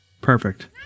Perfect